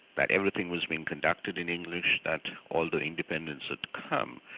that everything was being conducted in english, that although independence had come,